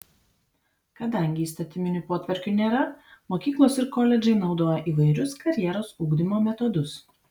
kadangi įstatyminių potvarkių nėra mokyklos ir koledžai naudoja įvairius karjeros ugdymo metodus